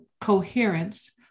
coherence